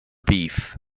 beef